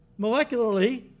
molecularly